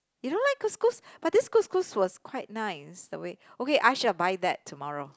you don't like couscous but this couscous was quite nice but wait okay I shall buy that tomorrow